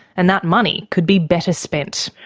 and that money could be better spent.